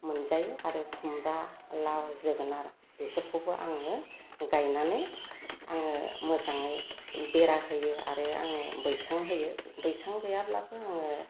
मोनजायो आरो खुमब्रा लाव जोगोनार बेफोरखौबो आङो गायनानै आङो मोजाङै बेरा होयो आरो आङो बैसां होयो बैसां गैयाब्लाबो आङो